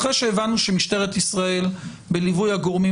אחרי שהבנו שמשטרת ישראל בליווי הגורמים